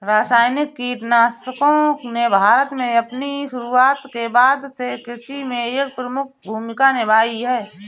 रासायनिक कीटनाशकों ने भारत में अपनी शुरूआत के बाद से कृषि में एक प्रमुख भूमिका निभाई हैं